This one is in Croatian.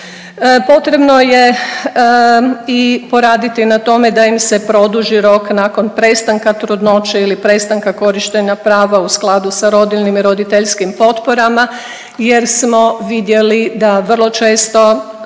potrebno je i poraditi na tome da im se produži rok nakon prestanka trudnoće ili prestanka korištenja prava u skladu sa rodiljnim i roditeljskim potporama jer smo vidjeli da vrlo često